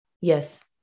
Yes